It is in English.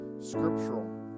scriptural